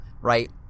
right